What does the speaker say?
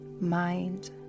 mind